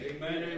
Amen